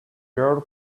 girl